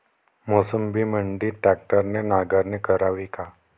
मोसंबीमंदी ट्रॅक्टरने नांगरणी करावी का?